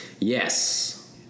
yes